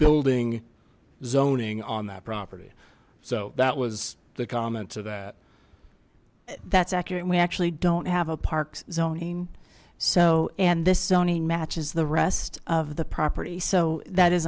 building zoning on that property so that was the comment to that that's accurate we actually don't have a parks zoning so and this sony matches the rest of the property so that is